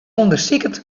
ûndersiket